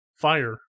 fire